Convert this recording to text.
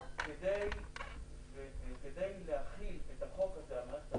כדי להחיל את החוק הזה על מערכת הבריאות,